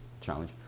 challenge